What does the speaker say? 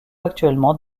actuellement